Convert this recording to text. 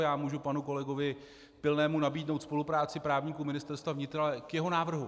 Já mohu panu kolegovi Pilnému nabídnout spolupráci právníků Ministerstva vnitra, ale k jeho návrhu.